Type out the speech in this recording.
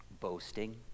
Boasting